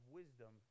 wisdom